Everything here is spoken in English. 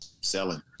selling